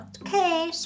Okay